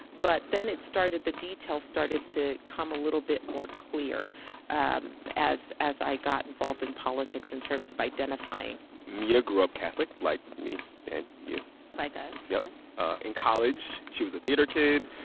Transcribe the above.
but then it started the detail started to come a little bit more clear and as as i got involved in politics in terms of identifying mia grew up catholic, like me and you like us yep yes ah in college, she was a theater kid.